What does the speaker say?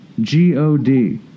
G-O-D